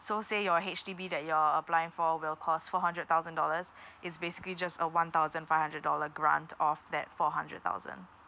so say your H_D_B that you're applying for will cost four hundred thousand dollars it's basically just a one thousand five hundred dollar grant of that four hundred thousand